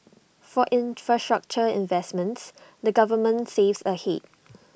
for infrastructure investments the government saves ahead